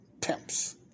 pimps